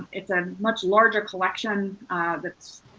it's a much larger collection that's,